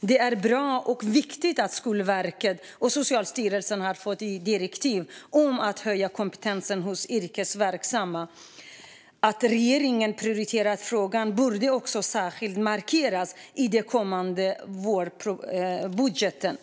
Det är bra och viktigt att Skolverket och Socialstyrelsen har fått direktiv om att höja kompetensen hos yrkesverksamma. Att regeringen prioriterar frågan borde också särskilt markeras i den kommande vårbudgeten.